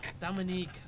Dominique